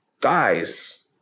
Guys